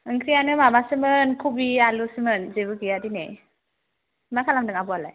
ओंख्रियानो माबासोमोन खबि आलुसोमोन जेबो गैया दिनै मा खालामदों आब'आलाय